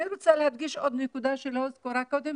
אני רוצה להדגיש עוד נקודה שלא הוזכרה קודם,